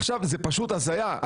עכשיו, זו פשוט הזיה.